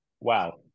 wow